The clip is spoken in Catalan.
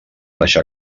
deixar